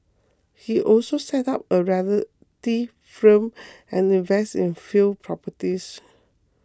he also set up a realty firm and invested in a few properties